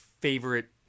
favorite